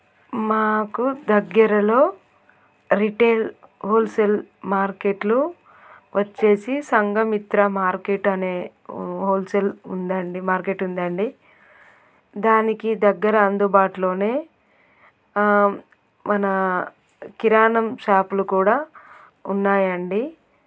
మాకు దగ్గరలో retail wholesale మార్కెట్లు వచ్చేసి సంఘమిత్ర మార్కెట్ అనే హోల్సేల్ ఉందండి మార్కెట్ ఉందండి దానికి దగ్గర అందుబాటులోనే మన కిరాణం షాపులు కూడా ఉన్నాయండి